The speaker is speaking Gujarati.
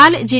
હાલ જી